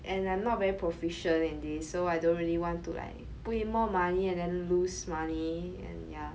and I'm not very proficient in this so I don't really want to like put in more money and then lose money and yeah